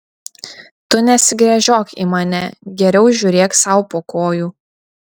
tu nesigręžiok į mane geriau žiūrėk sau po kojų